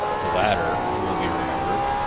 the latter, it will be remembered,